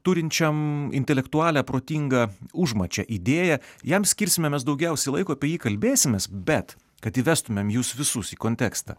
turinčiam intelektualią protingą užmačią idėją jam skirsime mes daugiausiai laiko apie jį kalbėsimės bet kad įvestumėm jus visus į kontekstą